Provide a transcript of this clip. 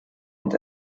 und